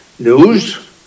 News